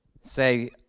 Say